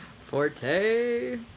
Forte